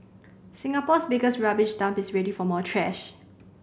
Singapore's biggest rubbish dump is ready for more trash